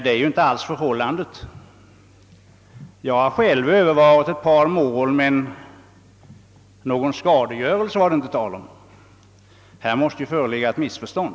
Det är inte alls förhållandet. Jag har själv övervarit ett par mål, men någon skadegörelse var det inte tal om. Här måste föreligga ett missförstånd.